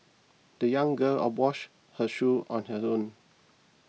the young girl a wash her shoe on her own